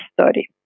study